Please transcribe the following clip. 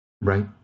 Right